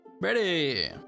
Ready